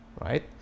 right